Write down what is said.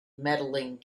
medaling